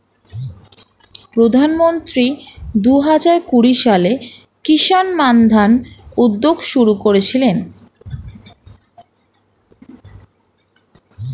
প্রধানমন্ত্রী দুহাজার কুড়ি সালে কিষান মান্ধান উদ্যোগ শুরু করেছিলেন